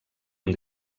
amb